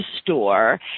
store